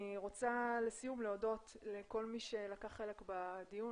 אני רוצה לסיום להודות לכל מי שלקח חלק בדיון,